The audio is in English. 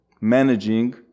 managing